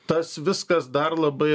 tas viskas dar labai